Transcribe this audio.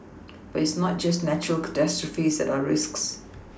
but it's not just natural catastrophes that are risks